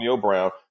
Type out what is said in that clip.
Brown